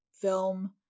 film